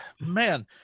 Man